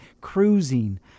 cruising